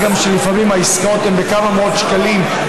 מה גם שלפעמים העסקאות הן בכמה מאות שקלים,